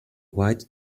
white